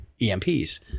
EMPs